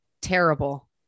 terrible